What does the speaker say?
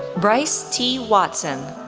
bryce t. watson,